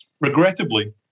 Regrettably